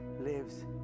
lives